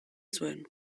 zuen